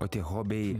o tie hobiai